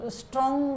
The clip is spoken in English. strong